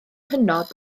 hynod